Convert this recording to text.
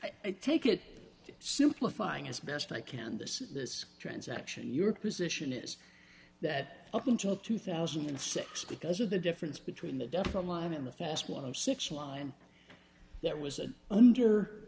i take it simplifying as best i can this is this transaction your position is that up until two thousand and six because of the difference between the death on live in the fast one of six line that was under